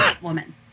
woman